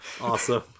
Awesome